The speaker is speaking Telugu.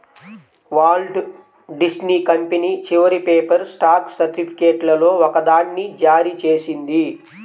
వాల్ట్ డిస్నీ కంపెనీ చివరి పేపర్ స్టాక్ సర్టిఫికేట్లలో ఒకదాన్ని జారీ చేసింది